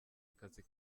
akazi